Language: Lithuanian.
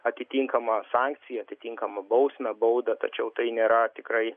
atitinkamą sankciją atitinkamą bausmę baudą tačiau tai nėra tikrai